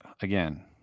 again